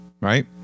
Right